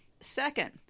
Second